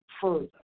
further